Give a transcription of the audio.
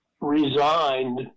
resigned